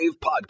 podcast